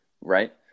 right